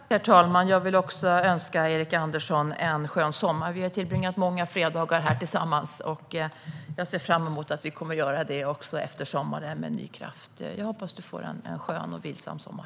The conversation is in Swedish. Herr talman! Jag vill också önska Erik Andersson en skön sommar. Vi har tillbringat många fredagar här tillsammans, och jag ser fram emot att vi kommer att göra det med nya krafter också efter sommaren. Jag hoppas att du får en skön och vilsam sommar.